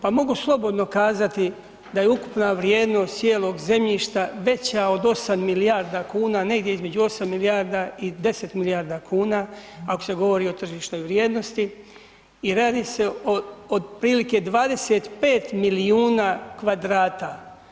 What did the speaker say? Pa mogu slobodno kazati da je ukupna vrijednost cijelog zemljišta veća od 8 milijarda kuna, negdje između 8 milijarda i 10 milijarda kuna ako se govori o tržišnoj vrijednosti i radi se o otprilike 25 milijuna kvadrata.